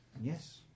Yes